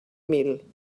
mil